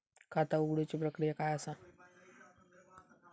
खाता उघडुची प्रक्रिया काय असा?